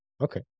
Okay